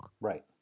Right